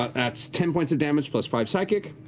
ah that's ten points of damage, plus five psychic.